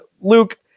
Luke